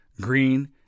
green